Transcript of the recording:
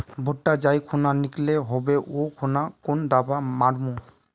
भुट्टा जाई खुना निकलो होबे वा खुना कुन दावा मार्मु?